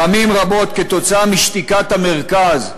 פעמים רבות, כתוצאה משתיקת המרכז,